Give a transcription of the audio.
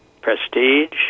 prestige